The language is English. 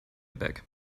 back